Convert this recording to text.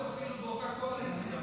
אתם אפילו באותה הקואליציה.